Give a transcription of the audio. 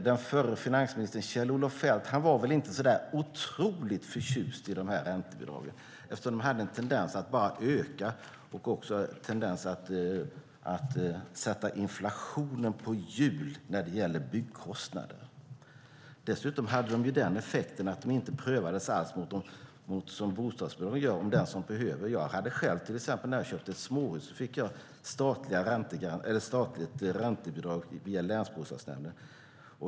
Den förre finansministern Kjell-Olof Feldt var väl inte så där otroligt förtjust i dessa räntebidrag eftersom de hade en tendens att bara öka och sätta inflationen på hjul när det gäller byggkostnader. Dessutom prövades de inte alls som bostadsbidragen för dem som behöver det. När jag till exempel köpte ett småhus fick jag statligt räntebidrag via länsbostadsnämnden.